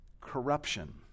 corruption